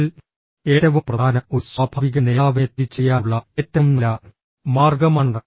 അതിൽ ഏറ്റവും പ്രധാനം ഒരു സ്വാഭാവിക നേതാവിനെ തിരിച്ചറിയാനുള്ള ഏറ്റവും നല്ല മാർഗ്ഗമാണ്